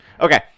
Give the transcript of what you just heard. Okay